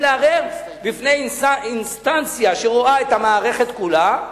לערער בפני אינסטנציה שרואה את המערכת כולה,